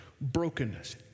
brokenness